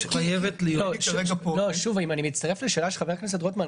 אני מצטרף לשאלה של חבר הכנסת רוטמן,